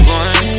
one